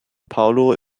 paulo